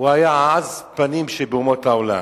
הוא היה עז הפנים שבאומות העולם,